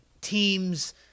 teams